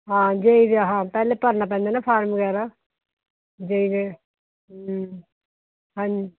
ਹਾਂ ਜੇ ਈ ਦੇ ਹਾਂ ਪਹਿਲੇ ਭਰਨਾ ਪੈਂਦਾ ਨਾ ਫਾਰਮ ਵਗੈਰਾ ਜੇ ਈ ਦੇ ਹਾਂਜੀ